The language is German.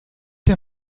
der